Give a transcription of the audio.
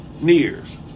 nears